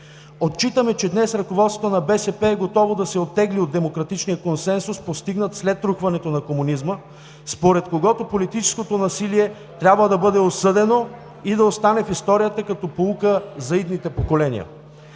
Отчитаме, че днес ръководството на БСП е готово да се оттегли от демократичния консенсус, постигнат след рухването на комунизма, според когото политическото насилие трябва да бъде осъдено и да остане в историята като поука за идните поколения.